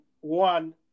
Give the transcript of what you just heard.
one